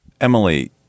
Emily